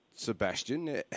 Sebastian